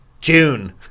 june